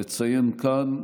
לציין כאן,